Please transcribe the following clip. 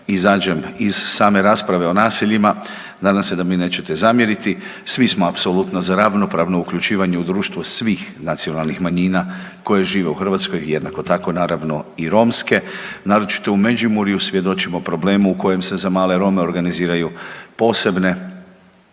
izađem iz same rasprave o naseljima, nadam se da mi nećete zamjeriti, svi smo apsolutno za ravnopravno uključivanje u društvo svih nacionalnih manjina koje žive u Hrvatskoj, jednako tako, naravno i romske. Naročito u Međimurju, svjedočimo problemu u kojem se za male Rome organiziraju posebne